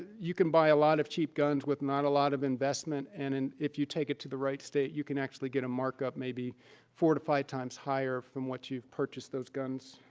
you can buy a lot of cheap guns with not a lot of investment. and and if you take it to the right state, you can actually get a markup, maybe four to five times higher from what you've purchased those guns